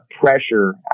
pressure